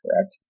correct